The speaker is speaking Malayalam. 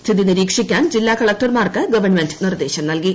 സ്ഥിതി നിരീക്ഷിക്കാൻ ജില്ലാകളക്ടർമാർക്ക്ഗവൺമെന്റ് നിർദ്ദേശം നൽകി